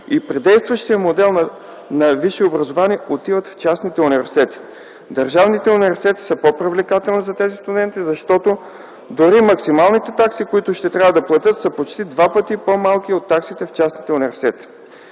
и при действащия модел на висше образование отиват в частните университети. Държавните университети са по-привлекателни за тези студенти, защото дори максималните такси, които ще трябва да платят са почти два пъти по-малки от таксите в частните университети.